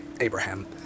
Abraham